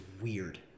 weird